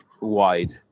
wide